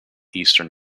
eastern